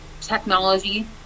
technology